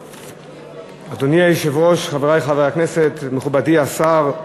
אדוני היושב-ראש, חברי חברי הכנסת, מכובדי השר,